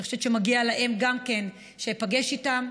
אני חושבת שגם מגיע להם שאיפגש איתם,